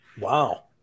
Wow